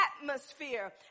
atmosphere